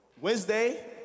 Wednesday